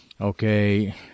okay